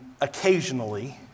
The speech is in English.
occasionally